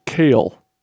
kale